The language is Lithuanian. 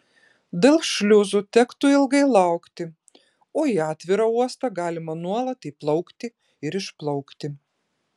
dėl šliuzų tektų ilgai laukti o į atvirą uostą galima nuolat įplaukti ir išplaukti